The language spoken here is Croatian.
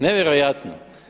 Nevjerojatno!